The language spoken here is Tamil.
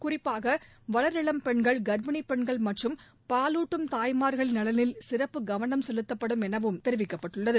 குறிப்பாகவளர் இளம் பெண்கள் கர்ப்பிணிபெண்கள் மற்றும் பாலுாட்டும் தாய்மார்களின் நலனில் சிறப்பு கவனம் செலுத்தப்படும் எனவும் தெரிவிக்கப்பட்டள்ளது